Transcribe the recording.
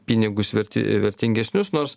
pinigus verti vertingesnius nors